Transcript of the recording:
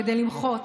כדי למחות,